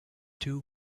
two